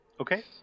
okay